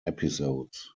episodes